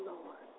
Lord